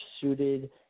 suited